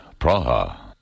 Praha